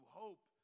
hope